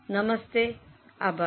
નમસ્તે આભાર